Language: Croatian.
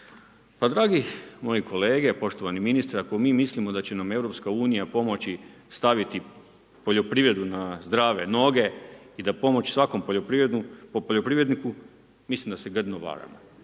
Pa dragi moji kolege, poštovani ministre, ako mi mislimo da će nam EU pomoći staviti poljoprivredu na zdrave noge i da će pomoći svakom poljoprivredniku, mislim da se grdno varamo.